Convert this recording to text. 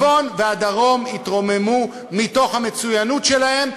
הצפון והדרום יתרוממו מתוך המצוינות שלהם,